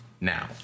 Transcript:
now